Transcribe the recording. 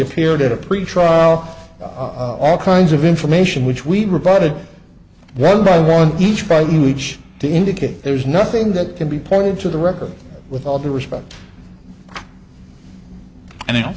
appeared at a pretrial all kinds of information which we provided one by one each by each to indicate there's nothing that can be put into the record with all due respect and